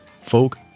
folk